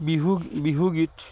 বিহু বিহুগীত